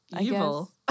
Evil